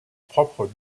propre